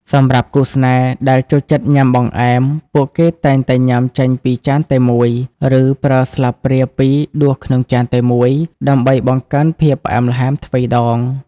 សម្រាប់គូស្នេហ៍ដែលចូលចិត្តញ៉ាំបង្អែម ពួកគេតែងតែញ៉ាំចេញពីចានតែមួយ ឬប្រើស្លាបព្រាពីរដួសក្នុងចានតែមួយ ដើម្បីបង្កើនភាពផ្អែមល្ហែមទ្វេរដង។